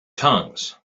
tongues